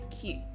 cute